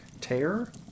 tear